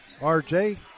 RJ